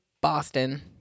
Boston